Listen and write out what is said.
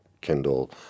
Kindle